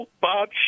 Bob